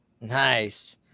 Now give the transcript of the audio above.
Nice